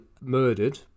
murdered